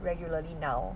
regularly now